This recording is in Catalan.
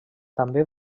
també